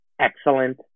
excellent